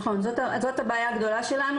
נכון, זאת הבעיה הגדולה שלנו.